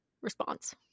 response